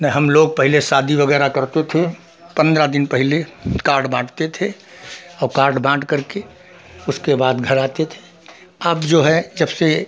ने हम लोग पहले शादी वगैरह करते थे पन्द्रह दिन पहले कार्ड बाँटते थे और कार्ड बाँट करके उसके बाद घर आते थे अब जो है जब से